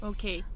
Okay